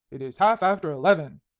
it is half after eleven.